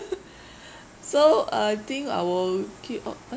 so I think I will get out uh